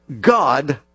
God